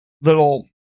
little